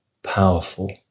powerful